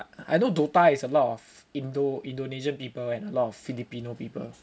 I know DOTA is a lot of Indo~ Indonesian people and a lot of Filipino people